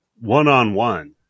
one-on-one